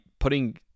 putting